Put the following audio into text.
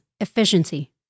efficiency